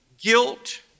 guilt